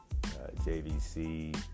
JVC